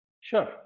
Sure